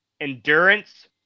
endurance